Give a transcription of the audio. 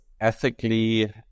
ethically